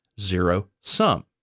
zero-sum